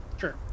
sure